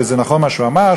וזה נכון מה שהוא אמר,